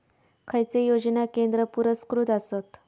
खैचे योजना केंद्र पुरस्कृत आसत?